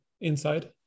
Inside